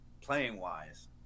playing-wise